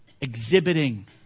exhibiting